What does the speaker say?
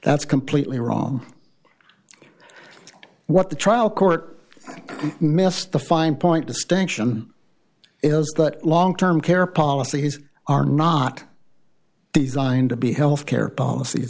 that's completely wrong what the trial court missed the fine point distinction is that long term care policies are not these line to be health care polic